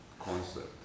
concept